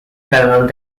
parallel